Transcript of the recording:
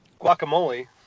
guacamole